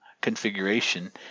configuration